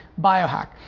biohack